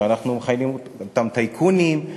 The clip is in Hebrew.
שאנחנו מכנים אותם טייקונים,